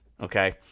Okay